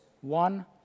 one